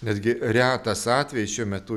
netgi retas atvejis šiuo metu